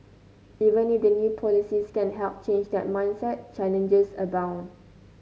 even if the new policies can help change that mindset challenges abound